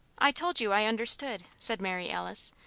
i told you i understood, said mary alice,